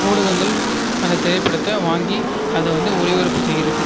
ஊடகங்கள் அந்த திரைப்படத்தை வாங்கி அதை வந்து ஒளிபரப்பு செய்யுறது